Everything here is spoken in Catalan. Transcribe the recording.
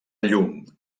llum